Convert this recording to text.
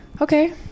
Okay